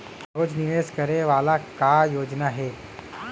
रोज निवेश करे वाला का योजना हे?